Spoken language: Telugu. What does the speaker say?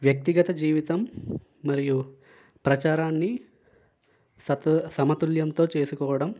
వ్యక్తిగత జీవితం మరియు ప్రచారాన్ని సతు సమతుల్యంతో చేసుకోవడం